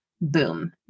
boom